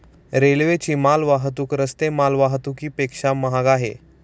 रेल्वेची माल वाहतूक रस्ते माल वाहतुकीपेक्षा महाग आहे